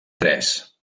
tres